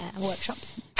workshops